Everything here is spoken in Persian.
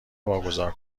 واگذار